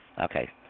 Okay